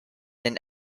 than